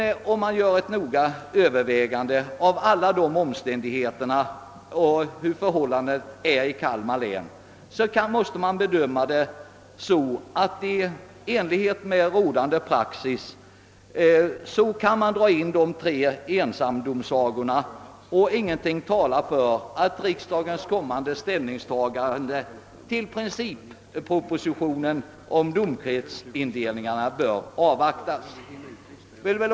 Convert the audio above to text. Ett noggrant övervägande av alla omständigheter måste dock leda till det resultatet, att man i Kalmar län i överensstämmelse med rådande praxis bör dra in de tre ensamdomardomsagorna: Ingenting talar för att riksdagens kommande ställningstagande till princippro” positionen om domkretsindelningen bör avvaktas.